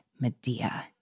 Medea